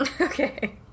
Okay